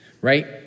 right